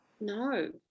no